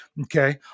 Okay